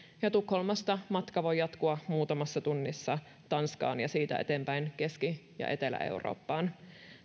ja tukholmasta matka voi jatkua muutamassa tunnissa tanskaan ja siitä eteenpäin keski ja etelä eurooppaan